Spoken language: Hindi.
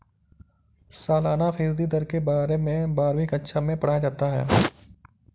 सालाना फ़ीसदी दर के बारे में बारहवीं कक्षा मैं पढ़ाया जाता है